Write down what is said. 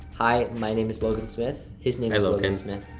hi, my name is logan smith. his name is logan smith.